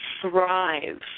thrive